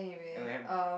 and I have